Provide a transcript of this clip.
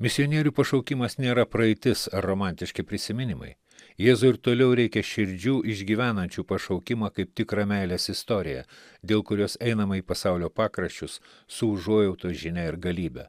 misionierių pašaukimas nėra praeitis ar romantiški prisiminimai jėzui ir toliau reikia širdžių išgyvenančių pašaukimą kaip tikrą meilės istoriją dėl kurios einama į pasaulio pakraščius su užuojautos žinia ir galybę